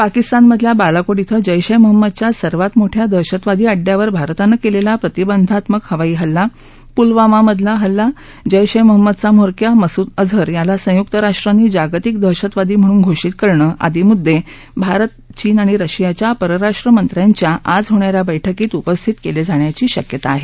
पाकिस्तानमधल्या बालाकोट क्र जैश ॅमहम्मदच्या सर्वात मोठ्या दहशतवादी अड्ड्यावर भारतानं केलेला प्रतिबंधात्मक हवाई हल्ला पुलवामामधील हल्ला जैश महम्मदचा म्होरक्या मसूद असर याला संयुक राष्ट्रांनी जागतिक दहशतवादी म्हणून घोषित करणं आदी मुद्दे भारत चीन आणि रशियाच्या परराष्ट्र मंत्र्यांच्या आज होणा या बैठकीत उपस्थित केले जाण्याची शक्यता आहे